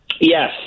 yes